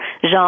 Jean